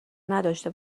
نداشته